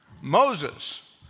Moses